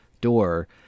door